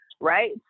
right